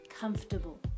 comfortable